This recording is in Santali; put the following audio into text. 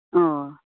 ᱚ